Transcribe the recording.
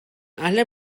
alle